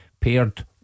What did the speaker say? Paired